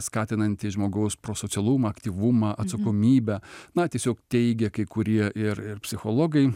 skatinanti žmogaus pro socialumą aktyvumą atsakomybę na tiesiog teigia kai kurie ir ir psichologai